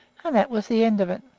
and that was the end of it.